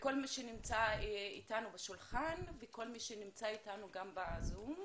כל מי שנמצא איתנו וכל מי שנמצא איתנו גם בזום.